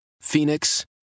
Phoenix